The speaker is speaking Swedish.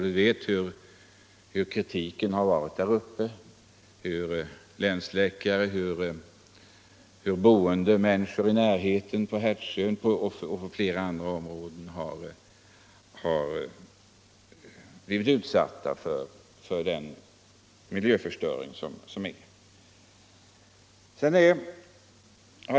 Vi känner till vilken kritik som har framförts där uppe, bl.a. av länsläkaren, och hur människor boende i närheten på Hertsön och på flera andra områden har blivit utsatta för miljöförstöring.